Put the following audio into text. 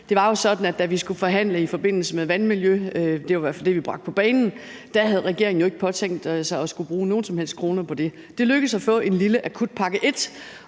Det var jo sådan, at da vi skulle forhandle i forbindelse med vandmiljø – det var i hvert fald det, vi bragte på banen – havde regeringen ikke påtænkt at skulle bruge nogen som helst kroner på det. Det lykkedes at få en lille akutpakke,